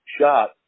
shot